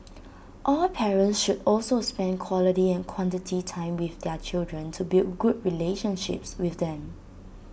all parents should also spend quality and quantity time with their children to build good relationships with them